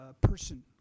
person